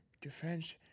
Defense